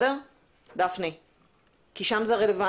כי שם זה רלוונטי.